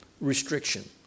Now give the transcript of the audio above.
restriction